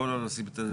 בואו לא נשים זה,